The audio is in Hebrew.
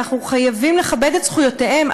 אנחנו חייבים לכבד את זכויותיהם,